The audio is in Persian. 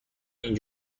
این